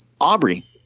Aubrey